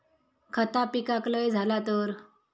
खता पिकाक लय झाला तर?